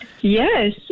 yes